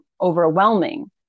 overwhelming